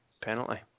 penalty